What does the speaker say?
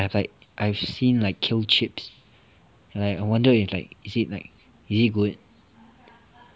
I've like I've seen like kale chips and like I wonder if like is it like is it good